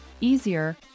easier